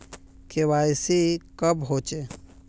KYC कब होचे?